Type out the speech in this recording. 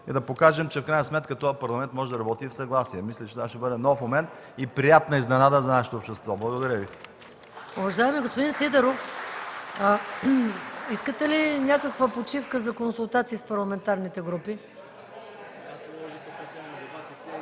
и да покажем, че в крайна сметка този Парламент може да работи и в съгласие. Мисля, че това ще бъде нов момент и приятна изненада за нашето общество. Благодаря Ви.